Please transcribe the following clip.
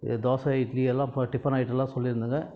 தோசை இட்லி எல்லாம் tiffin item எல்லாம் சொல்லிருந்தோங்க